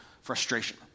frustration